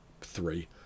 three